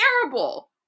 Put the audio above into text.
terrible